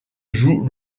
joue